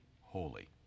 holy